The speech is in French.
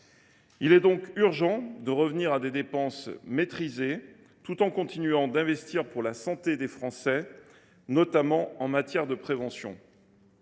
Il est donc urgent de revenir à des dépenses maîtrisées, tout en continuant d’investir pour la santé des Français, notamment en matière de prévention.